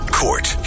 court